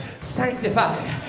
sanctified